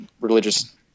religious